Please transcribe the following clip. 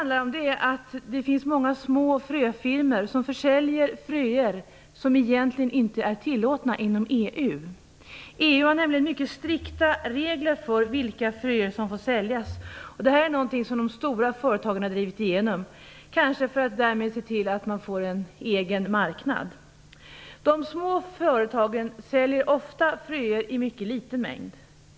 Det finns många små fröfirmor som försäljer fröer som egentligen inte är tillåtna inom EU. EU har nämligen mycket strikta regler för vilka fröer som får säljas. Detta är någonting som de stora företagen har drivit igenom, kanske för att därmed se till att man får en egen marknad. De små företagen säljer ofta fröer i mycket liten mängd.